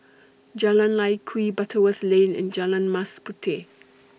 Jalan Lye Kwee Butterworth Lane and Jalan Mas Puteh